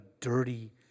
dirty